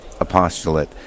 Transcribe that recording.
apostolate